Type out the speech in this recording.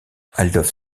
adolf